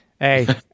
Hey